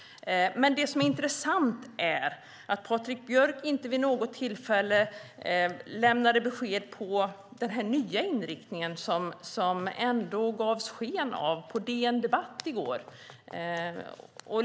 Det är intressant att Patrik Björck inte vid något tillfälle lämnade besked om den nya inriktning som det ändå gavs sken av på DN Debatt i går.